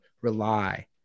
rely